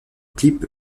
clip